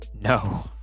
No